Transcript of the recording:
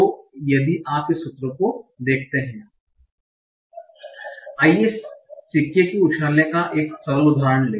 तो यदि आप इस सूत्र को देखते हैं आइए सिक्के को उछालने का 1 सरल उदाहरण लें